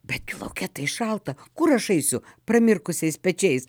bet gi lauke tai šalta kur aš eisiu pramirkusiais pečiais